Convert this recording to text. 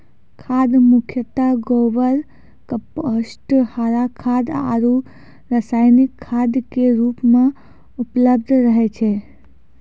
खाद मुख्यतः गोबर, कंपोस्ट, हरा खाद आरो रासायनिक खाद के रूप मॅ उपलब्ध रहै छै